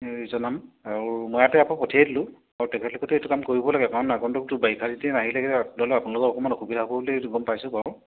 এই জনাম আৰু মইতো ইয়াৰপৰা পঠিয়াই দিলোঁ আৰু তেখেতলোকেতো এইটো কাম কৰিবই লাগে কাৰণ আগন্তুকটো বাৰিষা দিন আহিলে ধৰি লওক আপোনালোকৰ অকণমান অসবিধা হ'ব বুলি এইটো গম পাইছোঁ বাৰু